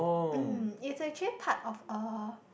um it's actually part of a